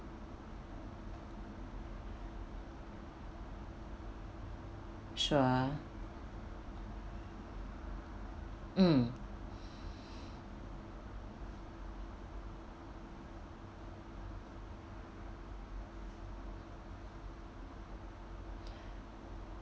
sure mm